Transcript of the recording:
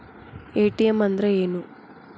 ATM ಅಂದ್ರ ಏನು?